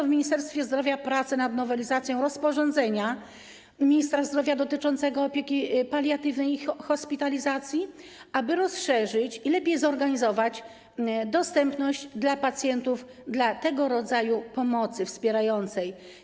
W Ministerstwie Zdrowia rozpoczęto pracę nad nowelizacją rozporządzenia ministra zdrowia dotyczącego opieki paliatywnej i hospitalizacji, aby rozszerzyć i lepiej zorganizować dostępność dla pacjentów tego rodzaju pomocy wspierającej.